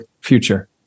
future